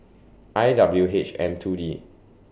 I W H M two D